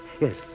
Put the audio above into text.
Yes